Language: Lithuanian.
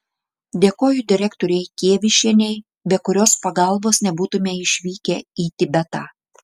dėkoju direktorei kievišienei be kurios pagalbos nebūtume išvykę į tibetą